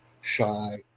shy